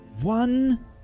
one